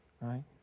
right